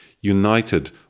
united